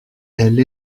elle